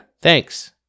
Thanks